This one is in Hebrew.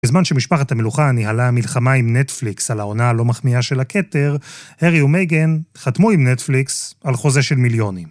בזמן שמשפחת המלוכה ניהלה מלחמה עם נטפליקס על העונה הלא מחמיאה של הכתר, הארי ומייגן חתמו עם נטפליקס על חוזה של מיליונים.